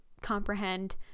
comprehend